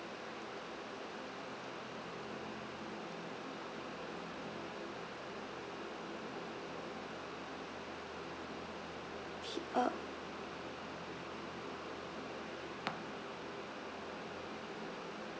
okay uh